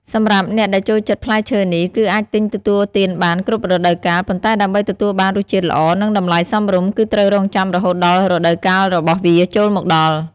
សម្រាប់អ្នកដែលចូលចិត្តផ្លែឈើនេះ គឺអាចទិញទទួលទានបានគ្រប់រដូវកាល ប៉ុន្តែដើម្បីទទួលបានរសជាតិល្អ និងតម្លៃសមរម្យ គឺត្រូវរង់ចាំរហូតដល់រដូវកាលរបស់វាចូលមកដល់។